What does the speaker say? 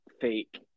fake